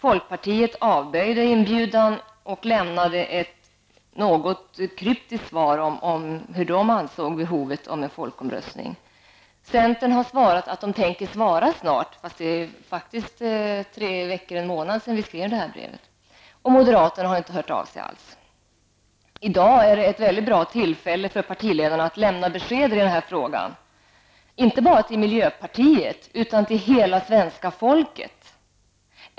Fp avböjde inbjudan -- och lämnade ett något kryptiskt svar om behovet av en folkomröstning. Centern har svarat att de snart tänker svara. Det är nu tre veckor eller en månad sedan vi skrev vårt brev. Moderaterna har inte hört av sig. I dag är ett bra tillfälle för partiledarna att lämna besked i frågan -- inte bara till miljöpartiet utan till hela svenska folket.